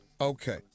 Okay